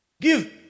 Give